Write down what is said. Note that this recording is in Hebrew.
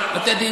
על בתי הדין,